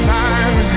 time